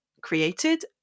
created